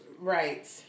Right